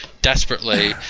Desperately